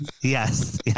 Yes